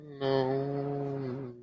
No